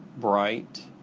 bright,